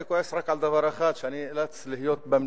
אני כועס רק על דבר אחד: שאני נאלץ להיות במליאה